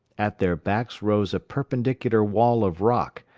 at their backs rose a perpendicular wall of rock,